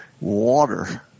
water